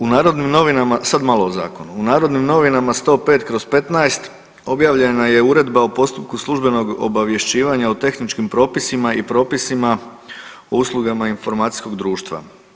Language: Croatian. U Narodnim novinama, sad malo o zakonu, u Narodnim novinama 105/15 objavljena je Uredba o postupku službenog obavješćivanja o tehničkim propisima i propisima o uslugama informacijskog društva.